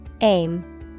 Aim